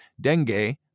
Dengue